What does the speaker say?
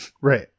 Right